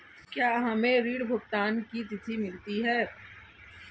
क्या हमें ऋण भुगतान की तिथि मिलती है?